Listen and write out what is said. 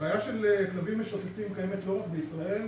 הבעיה של כלבים משוטטים קיימת לא רק בישראל,